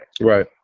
Right